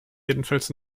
jedenfalls